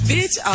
Bitch